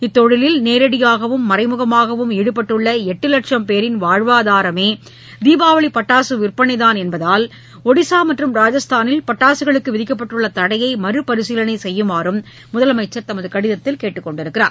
இத்தொழிலில் நேரடியாகவும் மறைமுகமாகவும் ஈடுபட்டுள்ள எட்டு வட்சும் பேரின் வாழ்வாதாரமே தீபாவளி பட்டாசு விற்பனை தூன் என்பதால் ஒடிஷா மற்றும் ராஜஸ்தானில் பட்டாசுகளுக்கு விதிக்கப்பட்டுள்ள தடையை மறுபரிசீலனை செய்யுமாறும் கேட்டுக்கொண்டுள்ளார்